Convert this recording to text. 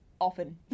often